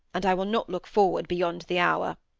and i will not look forward beyond the hour